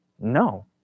No